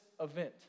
event